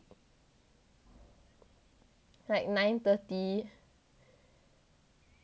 like nine thirty